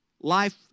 life